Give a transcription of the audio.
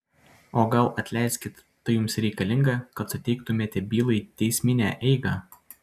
o gal atleiskit tai jums reikalinga kad suteiktumėte bylai teisminę eigą